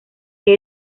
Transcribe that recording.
que